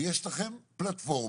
ויש לכם פלטפורמה.